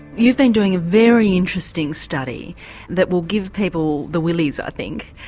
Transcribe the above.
you've been doing a very interesting study that will give people the willies, i think,